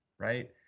right